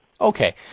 Okay